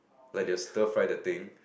like they'll stir fry the thing